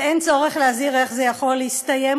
ואין צורך להזהיר איך זה יכול להסתיים,